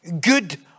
good